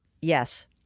Yes